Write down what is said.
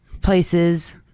places